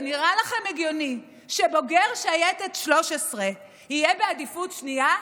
זה נראה לכם הגיוני שבוגר שייטת 13 יהיה בעדיפות שנייה?